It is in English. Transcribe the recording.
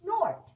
snort